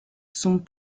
sont